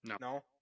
No